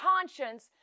conscience